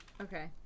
Okay